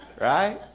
Right